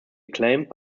acclaimed